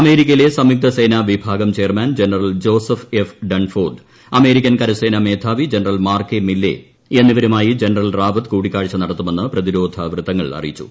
അമേരിക്കയിലെ സംയുക്ത സേനാ വിഭാഗം chairman general Joseph F Dunford American കരസേനാ മേധാവി ജനറൽ മാർക്ക് എ മില്ലേ എന്നിവരുമായി ജനറൽ റാവത്ത് കൂടിക്കാഴ്ച നടത്തുമെന്ന് പ്രതിരോധവൃത്തങ്ങൾ അറിയിച്ചു